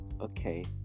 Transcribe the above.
okay